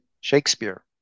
Shakespeare